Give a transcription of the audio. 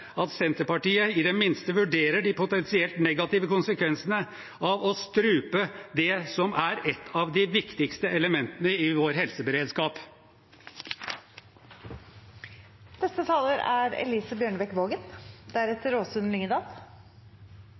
at Senterpartiet i det minste vurderer de potensielt negative konsekvensene av å strupe det som er et av de viktigste elementene i vår